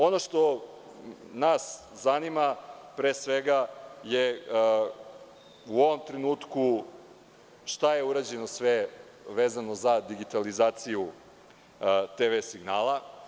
Ono što nas zanima, pre svega, u ovom trenutku, šta je sve urađeno vezano za digitalizaciju TV signala?